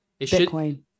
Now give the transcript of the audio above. Bitcoin